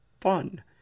Fun